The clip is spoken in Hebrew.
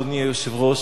אדוני היושב-ראש,